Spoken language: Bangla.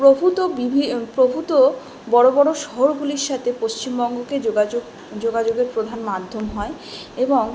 প্রভূত বিভি প্রভূত বড়ো বড়ো শহরগুলির সাথে পশ্চিমবঙ্গকে যোগাযোগ যোগাযোগের প্রধান মাধ্যম হয় এবং